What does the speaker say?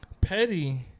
petty